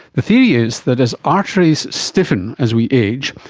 the theory is that as arteries stiffen as we age,